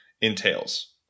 entails